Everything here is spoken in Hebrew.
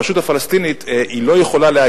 הרשות הפלסטינית לא יכולה,